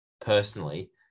personally